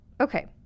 Okay